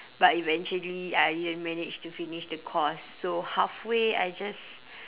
but eventually I didn't manage to finish the course so halfway I just